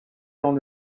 dans